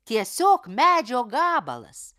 tiesiog medžio gabalas